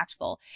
impactful